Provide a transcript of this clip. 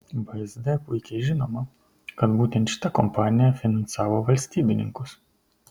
vsd puikiai žinoma kad būtent šita kompanija finansavo valstybininkus